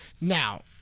now